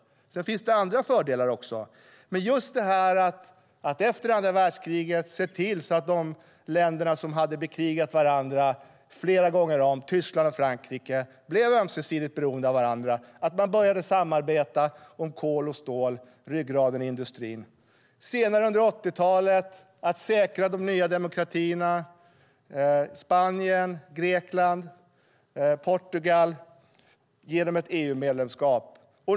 Sedan finns det också andra fördelar. Men efter andra världskriget såg man just till att de länder som hade bekrigat varandra flera gånger om, Tyskland och Frankrike, blev ömsesidigt beroende av varandra, att de började samarbeta om kol och stål, ryggraden i industrin. Senare, under 80-talet, handlade det om att säkra de nya demokratierna Spanien, Grekland och Portugal genom EU-medlemskap.